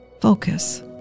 Focus